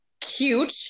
cute